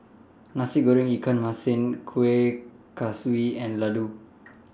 Nasi Goreng Ikan Masin Kueh Kaswi and Laddu